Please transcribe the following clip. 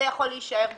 זה יכול להישאר בחקיקה.